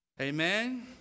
Amen